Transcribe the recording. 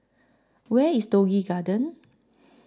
Where IS Toh Yi Garden